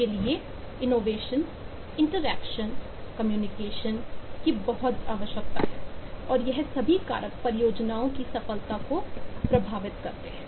इसके लिए इनोवेशन की बहुत आवश्यकता है और यह सभी कारक परियोजनाओं की सफलता को प्रभावित करते हैं